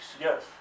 Yes